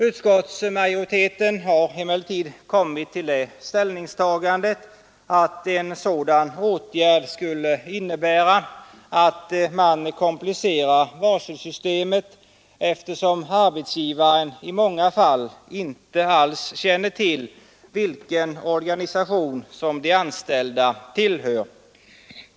Utskottsmajoriteten har emellertid kommit till det ställningstagandet, att en sådan åtgärd skulle innebära att man komplicerar varselsystemet, eftersom arbetsgivaren i många fall inte alls känner till vilken organisation de anställda tillhör.